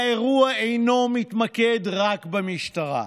האירוע אינו מתמקד רק במשטרה,